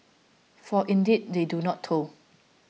for indeed they do not toil